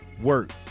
work